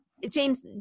James